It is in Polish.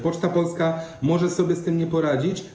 Poczta Polska może sobie z tym nie poradzić.